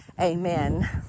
Amen